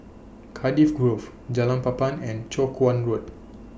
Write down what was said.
Cardiff Grove Jalan Papan and Chong Kuo Road